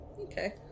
Okay